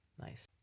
Nice